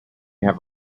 have